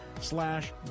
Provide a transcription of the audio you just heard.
slash